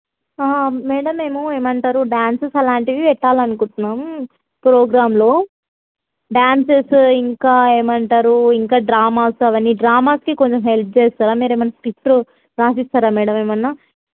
madam మేము ఏమంటారు dances అలాంటివి పెట్టాలని అనుకుంటున్నాము ప్రోగ్రామ్లో డ్యాన్సెస్ ఇంకా ఏమంటారు ఇంకా డ్రామాస్ అవన్నీ డ్రామాస్కి కొంచెం హెల్ప్ చేస్తారా మీరు ఏమైనా స్క్రిప్ట్ వ్రాసి ఇస్తారా మేడం ఏమైనా